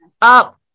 up